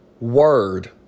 word